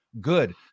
good